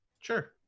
Sure